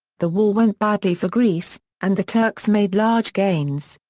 the war went badly for greece, and the turks made large gains.